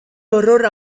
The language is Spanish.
horror